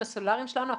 עם הסלולרי שלנו,